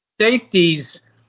safeties